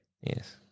Yes